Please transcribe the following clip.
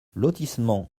lotissement